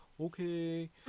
okay